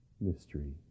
mystery